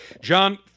John